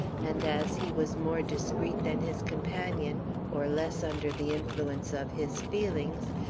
and as he was more discreet than his companion or less under the influence of his feelings,